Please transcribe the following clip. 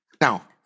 now